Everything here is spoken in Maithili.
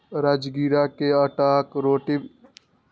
राजगिरा के आटाक रोटी स्वास्थ्यक लिहाज बहुत फायदेमंद होइ छै